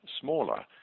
smaller